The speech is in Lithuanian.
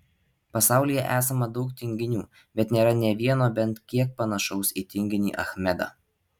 pasaulyje esama daug tinginių bet nėra nė vieno bent kiek panašaus į tinginį achmedą